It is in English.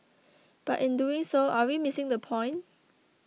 but in doing so are we missing the point